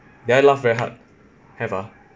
did I laugh very hard have ah